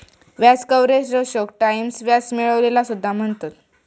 व्याज कव्हरेज रेशोक टाईम्स व्याज मिळविलेला सुद्धा म्हणतत